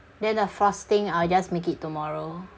then the frosting I will just make it tomorrow